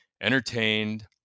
entertained